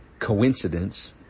coincidence